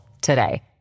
today